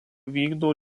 vykdo